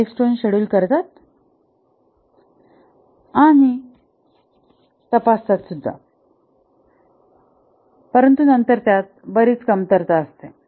माइल stone schedule करतात आणि तपासतात परंतु नंतर त्यात बरीच कमतरता असते